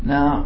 Now